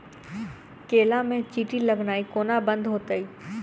केला मे चींटी लगनाइ कोना बंद हेतइ?